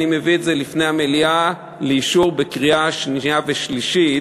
אני מביא את זה לפני המליאה לאישור בקריאה שנייה ושלישית,